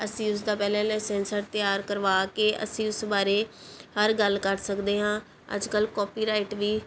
ਅਸੀਂ ਉਸ ਦਾ ਪਹਿਲਾ ਲਾਈਸੈਂਸ ਤਿਆਰ ਕਰਵਾ ਕੇ ਅਸੀਂ ਉਸ ਬਾਰੇ ਹਰ ਗੱਲ ਕਰ ਸਕਦੇ ਹਾਂ ਅੱਜ ਕੱਲ੍ਹ ਕਾਪੀ ਰਾਈਟ ਵੀ